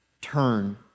turn